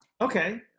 Okay